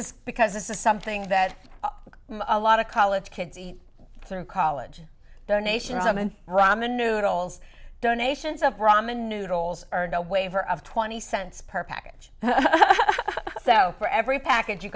is because this is something that a lot of college kids through college donations and ramen noodles donations of ramen noodles earned a waiver of twenty cents per package so for every package you